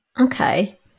Okay